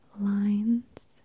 lines